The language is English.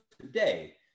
today